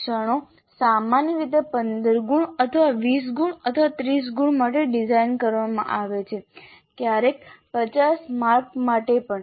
પરીક્ષણો સામાન્ય રીતે 15 ગુણ અથવા 20 ગુણ અથવા 30 ગુણ માટે ડિઝાઇન કરવામાં આવે છે ક્યારેક 50 માર્ક્સ માટે પણ